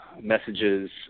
messages